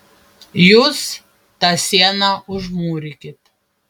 jūs tą sieną užmūrykit